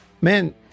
man